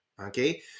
okay